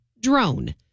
drone